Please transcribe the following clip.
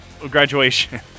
Graduation